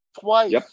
twice